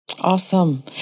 Awesome